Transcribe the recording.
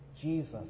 Jesus